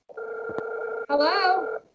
Hello